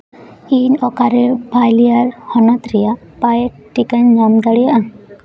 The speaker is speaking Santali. ᱤᱧ ᱚᱠᱟᱨᱮ ᱵᱟᱣᱞᱤᱭᱟ ᱦᱚᱱᱚᱛ ᱨᱮᱭᱟᱜ ᱯᱮᱭᱰ ᱴᱤᱠᱟᱹᱧ ᱧᱟᱢ ᱫᱟᱲᱮᱭᱟᱜᱼᱟ